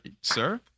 sir